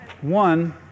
one